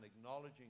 acknowledging